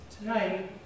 tonight